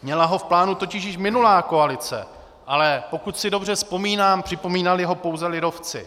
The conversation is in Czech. Měla ho v plánu totiž již minulá koalice, ale pokud si dobře vzpomínám, připomínali ho pouze lidovci.